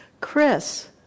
Chris